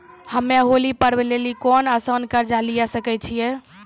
हम्मय होली पर्व लेली कोनो आसान कर्ज लिये सकय छियै?